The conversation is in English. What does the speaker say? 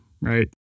right